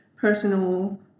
personal